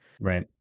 Right